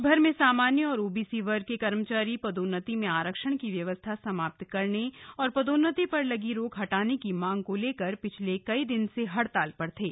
प्रदेशभर में सामान्य और ओबीसी वर्ग के कर्मचारी पदोन्नति में आरक्षण की व्यवस्था समाप्त करने और पदोन्नति पर लगी रोक हटाने की मांग को लेकर पिछले कई दिन से हड़ताल पर थे